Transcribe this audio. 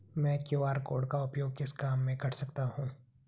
मैं QR code का उपयोग किस काम में कर सकता हूं?